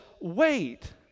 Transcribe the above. wait